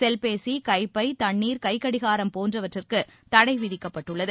செல்பேசி கைப்பை தண்ணீர் கைக்கடிகாரம் போன்றவற்றிற்கு தடை விதிக்கப்பட்டுள்ளது